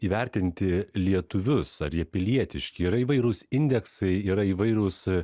įvertinti lietuvius ar jie pilietiški yra įvairūs indeksai yra įvairūs